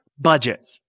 budget